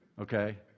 Okay